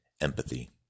empathy